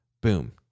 Boom